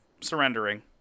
surrendering